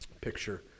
picture